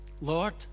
Lord